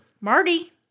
Marty